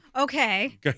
Okay